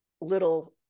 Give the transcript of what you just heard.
little